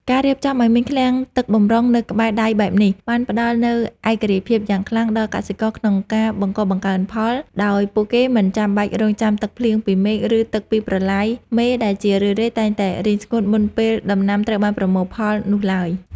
ការរៀបចំឱ្យមានឃ្លាំងទឹកបម្រុងនៅក្បែរដៃបែបនេះ បានផ្តល់នូវឯករាជ្យភាពយ៉ាងខ្ពស់ដល់កសិករក្នុងការបង្កបង្កើនផល ដោយពួកគេមិនចាំបាច់រង់ចាំទឹកភ្លៀងពីមេឃ ឬទឹកពីប្រឡាយមេដែលជារឿយៗតែងតែរីងស្ងួតមុនពេលដំណាំត្រូវបានប្រមូលផលនោះឡើយ។